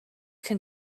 can